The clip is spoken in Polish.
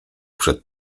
przed